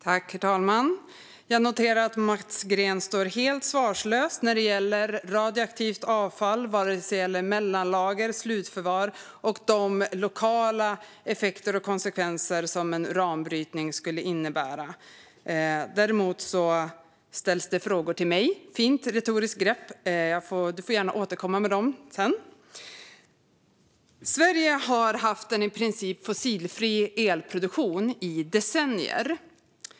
Herr talman! Jag noterar att Mats Green står helt svarslös när det gäller radioaktivt avfall, oavsett om det gäller mellanlager eller slutförvar, och när det gäller de lokala effekter och konsekvenser som en uranbrytning skulle innebära. Däremot ställer han frågor till mig. Det är fint - ett retoriskt grepp. Han får gärna återkomma med dem sedan. Sverige har haft en i princip fossilfri elproduktion i decennier.